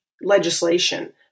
Legislation